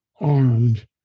armed